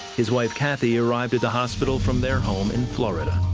his wife, cathy, arrived at the hospital from their home in florida.